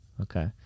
Okay